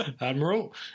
Admiral